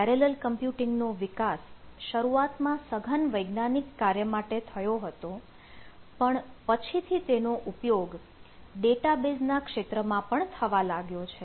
parallel computing નો વિકાસ શરૂઆતમાં સઘન વૈજ્ઞાનિક કાર્ય માટે થયો હતો પણ પછીથી તેનો ઉપયોગ ડેટાબેઝના ક્ષેત્રમાં પણ થવા લાગ્યો છે